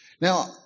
Now